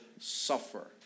suffer